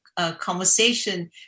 Conversation